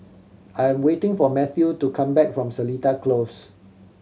I am waiting for Mathew to come back from Seletar Close